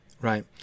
right